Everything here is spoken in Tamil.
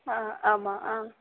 ஆ ஆமாம் ஆ